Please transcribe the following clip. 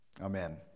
Amen